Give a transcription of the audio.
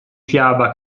fiaba